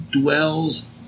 dwells